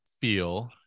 feel